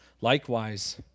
Likewise